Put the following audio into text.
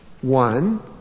One